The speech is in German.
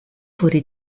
wurde